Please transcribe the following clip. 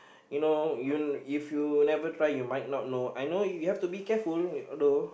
you know you if you never try you might not know I know you have to be careful although